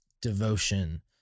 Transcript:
devotion